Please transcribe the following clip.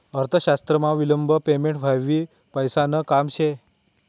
अर्थशास्त्रमा विलंब पेमेंट हायी पैसासन काम शे